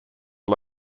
are